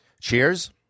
Cheers